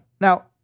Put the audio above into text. Now